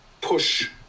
push